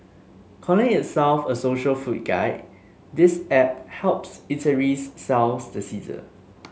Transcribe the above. calling itself a social food guide this app helps eateries sell the sizzle